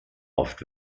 oft